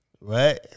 Right